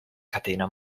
catena